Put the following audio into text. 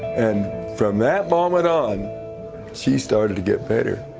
and from that moment on she started to get better.